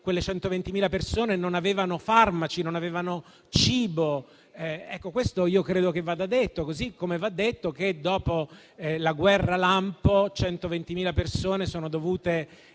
Quelle 120.000 persone non avevano farmaci, né cibo: credo che questo vada detto, così come va detto che, dopo la guerra lampo, 120.000 persone sono dovute